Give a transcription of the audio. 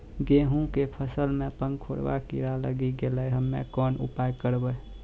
गेहूँ के फसल मे पंखोरवा कीड़ा लागी गैलै हम्मे कोन उपाय करबै?